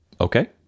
okay